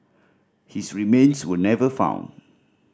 his remains were never found